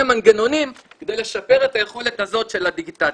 מנגנונים כדי לשפר את היכולת הזאת של הדיגיטציה.